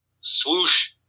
swoosh